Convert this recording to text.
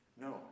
No